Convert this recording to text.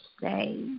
say